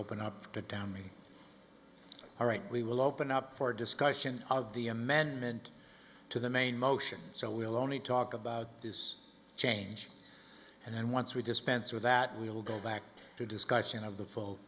open up the down me all right we will open up for discussion of the amendment to the main motion so we'll only talk about this change and then once we dispense with that we will go back to discussion of the full